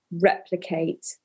replicate